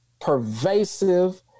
pervasive